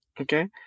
Okay